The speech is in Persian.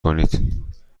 کنید